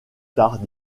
tard